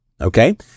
Okay